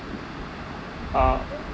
ah